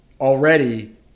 already